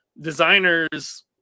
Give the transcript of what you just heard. Designers